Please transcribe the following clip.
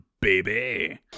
baby